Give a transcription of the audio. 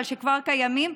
אבל כבר קיימים,